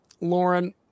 lauren